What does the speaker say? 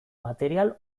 material